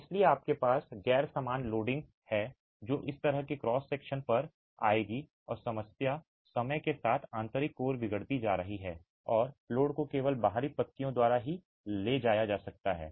इसलिए आपके पास गैर समान लोडिंग है जो इस तरह के क्रॉस सेक्शन पर आएगी और समस्या समय के साथ आंतरिक कोर बिगड़ती जा रही है और लोड को केवल बाहरी पत्तियों द्वारा ही ले जाया जा सकता है